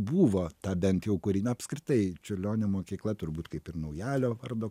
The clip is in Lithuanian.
buvo ta bent jau kuri na apskritai čiurlionio mokykla turbūt kaip ir naujalio vardo